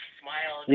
smile